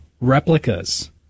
replicas